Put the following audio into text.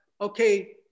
okay